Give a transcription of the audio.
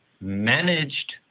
managed